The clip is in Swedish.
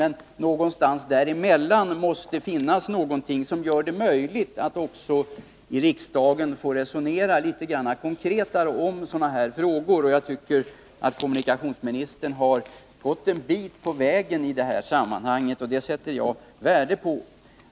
Men någonstans däremellan måste det finnas någonting som gör det möjligt att också i riksdagen få resonera litet mer konkret om sådana här frågor. Jag tycker att kommunikationsministern har gått en bit på vägen i det sammanhanget, och det sätter jag värde på.